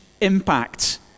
impact